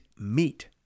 meat